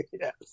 yes